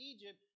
Egypt